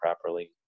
properly